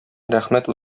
рәхмәт